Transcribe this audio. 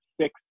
six